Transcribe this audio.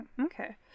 okay